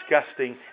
disgusting